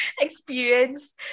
experience